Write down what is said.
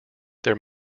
their